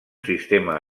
sistema